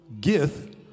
gift